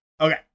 Okay